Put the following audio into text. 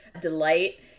delight